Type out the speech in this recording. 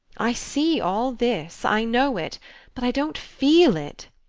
i see all this i know it but i don't feel it.